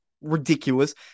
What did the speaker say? ridiculous